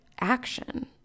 action